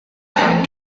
her